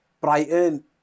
Brighton